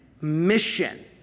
mission